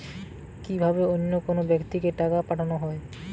কি ভাবে অন্য কোনো ব্যাক্তিকে টাকা পাঠানো হয়?